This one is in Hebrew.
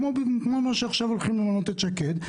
כמו מה שעכשיו הולכים למנות את שקד.